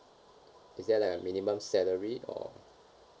is there like a minimum salary or